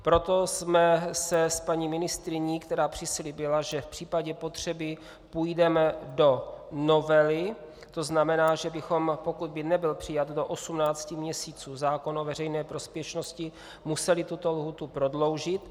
Proto jsme se s paní ministryní, která přislíbila, že v případě potřeby půjdeme do novely, tzn. že bychom, pokud by nebyl přijat do 18 měsíců zákon o veřejné prospěšnosti, museli tuto lhůtu prodloužit.